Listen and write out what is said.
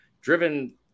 driven –